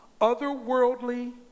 otherworldly